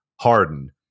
Harden